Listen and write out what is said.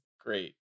great